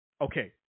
Okay